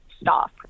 staff